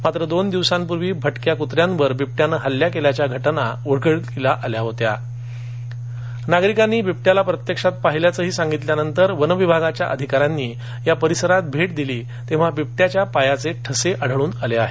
मात्र दोन दिवसांपूर्वी भटक्या कुत्र्यांवर बिबट्याने हल्ला केल्याच्या घटना उघडकीस आल्या असून काही नागरिकांनी बिबट्याला प्रत्यक्ष पाहिल्याचंही सांगितल्यानंतर वन विभागाच्या अधिकाऱ्यांनी या परिसरात भेट दिली तेव्हा बिबट्याच्या पायाचे ठसे आढळन आले आहेत